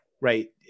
right